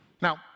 Now